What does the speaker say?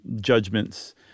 judgments